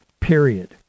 period